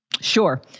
Sure